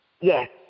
Yes